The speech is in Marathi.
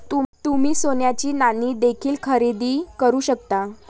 तुम्ही सोन्याची नाणी देखील खरेदी करू शकता